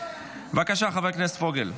בבקשה, חבר הכנסת פוגל.